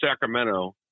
Sacramento